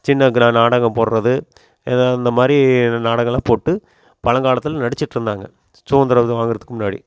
சின்ன கிரா நாடகம் போடுறது ஏதாவது இந்த மாதிரி நாடகலாம் போட்டு பழங்காலத்தில் நடிச்சிட்டுருந்தாங்க சுதந்திரம் வந்து வாங்கிறதுக்கு முன்னாடி